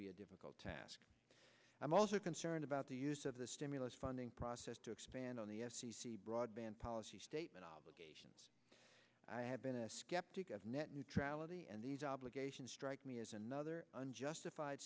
be a difficult task i'm also concerned about the use of the stimulus funding process to expand on the f c c broadband policy statement obligations i have been a skeptic of net neutrality and these obligations strike me as another unjustified